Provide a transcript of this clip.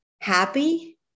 happy